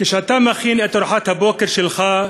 כשאתה מכין את ארוחת הבוקר שלך,